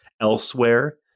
elsewhere